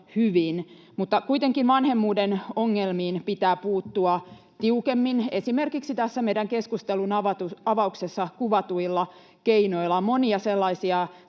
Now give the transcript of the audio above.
kuitenkin vanhemmuuden ongelmiin pitää puuttua tiukemmin esimerkiksi tässä meidän keskustelunavauksessamme kuvatuilla keinoilla. On monia sellaisia